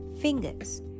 fingers